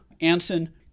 Anson